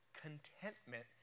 contentment